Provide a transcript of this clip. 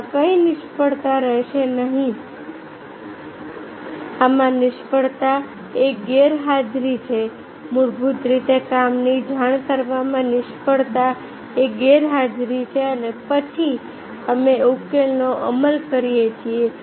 કરવામાં કોઈ નિષ્ફળતા રહેશે નહીં આમાં નિષ્ફળતા એ ગેરહાજરી છે મૂળભૂત રીતે કામની જાણ કરવામાં નિષ્ફળતા એ ગેરહાજરી છે અને પછી અમે ઉકેલનો અમલ કરીએ છીએ